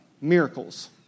miracles